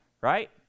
right